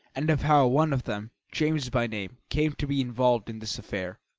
and of how one of them, james by name, came to be involved in this affair.